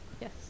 Yes